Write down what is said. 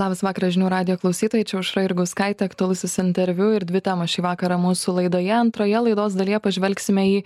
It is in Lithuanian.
labas vakaras žinių radijo klausytojai čia aušra jurgauskaitė aktualusis interviu ir dvi temos šį vakarą mūsų laidoje antroje laidos dalyje pažvelgsime į